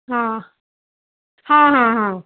ਹਾਂ ਹਾਂ ਹਾਂ ਹਾਂ